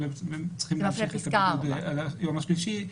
הם צריכים להמשיך עד היום השלישי.